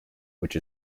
which